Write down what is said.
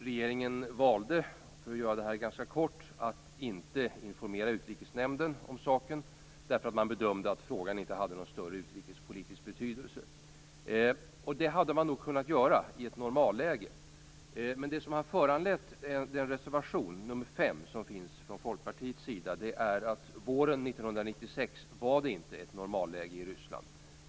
Regeringen valde, ganska kort beskrivet, att inte informera Utrikesnämnden om saken, eftersom man bedömde att frågan inte hade någon större utrikespolitisk betydelse. Så här hade man nog kunnat göra i ett normalläge, men det som har föranlett reservation nr 5 från Folkpartiet är att det våren 1996 inte rådde ett normalläge i Ryssland.